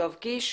יואב קיש.